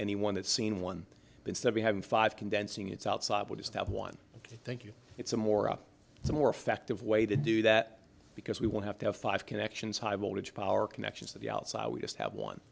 that seen one instead be having five condensing it's outside we'll just have one thank you it's a more up some more effective way to do that because we won't have to have five connections high voltage power connections to the outside we just have one